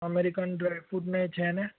American dry fruit ને એ છે ને